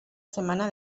semana